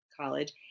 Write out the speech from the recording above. college